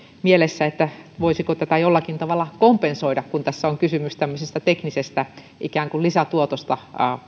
mielessä voisiko tätä jollakin tavalla kompensoida kun tässä on kysymys tämmöisestä teknisestä asiasta ikään kuin lisätuotosta